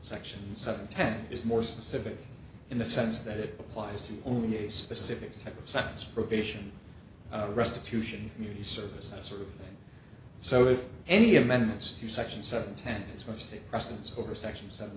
section seven ten is more specific in the sense that it applies to only a specific type of sentence probation restitution community service that sort of thing so if any amendments to section seven ten it's much to precedence over section seven